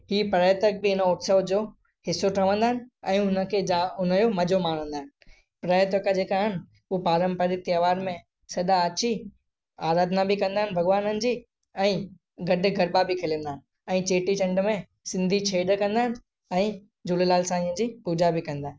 ही पर्यटक बि हिन उत्सव जो हिसो ठवंदा आहिनि ऐं हुनखे हुनजो जाम मज़ो माणंदा आहिनि पर्यटक जे का आहिनि हू पारंपरिक त्योहार में सदा अची आराधना बि कंदा आहिनि भॻवाननि जी ऐं गॾु गरबा बि खेलंदा आहिनि ऐं चेटीचंड में सिंधी छेॼ कंदा आहिनि ऐं झूलेलाल साईंअ जी पूॼा बि कंदा आहिनि